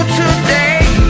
today